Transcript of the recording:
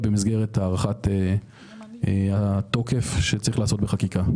באמצעות הארכת התוקף שצריך לעשות בחקיקה.